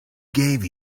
gave